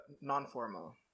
non-formal